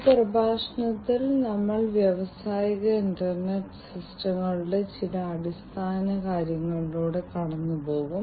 ഈ പ്രഭാഷണത്തിൽ പ്രത്യേകമായി വ്യാവസായിക IoT യുടെ പിന്നിൽ ലാബ് സ്കെയിലിൽ വ്യാവസായിക IoT യുടെ അടിസ്ഥാന സജ്ജീകരണം എങ്ങനെ ഉണ്ടാക്കാം എന്നതിന് പിന്നിലെ ചില ആമുഖ പ്രചോദനാത്മക ആശയങ്ങളിലൂടെ ഞങ്ങൾ കടന്നുപോകും